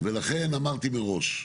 ולכן אמרתי מראש,